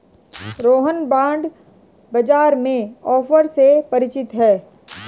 Rohan bond बाजार के offer से परिचित है